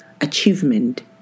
achievement